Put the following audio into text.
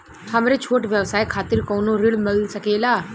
हमरे छोट व्यवसाय खातिर कौनो ऋण मिल सकेला?